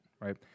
Right